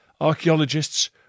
archaeologists